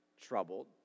troubled